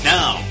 Now